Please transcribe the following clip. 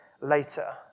later